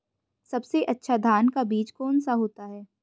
सबसे अच्छा धान का बीज कौन सा होता है?